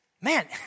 Man